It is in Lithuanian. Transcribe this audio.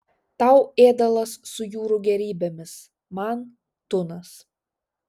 tau ėdalas su jūrų gėrybėmis man tunas